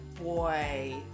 boy